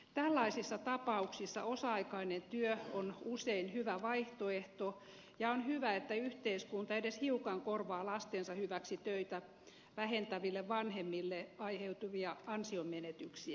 tällaisissa tapauksissa osa aikainen työ on usein hyvä vaihtoehto ja on hyvä että yhteiskunta edes hiukan korvaa lastensa hyväksi töitä vähentäville vanhemmille aiheutuvia ansionmenetyksiä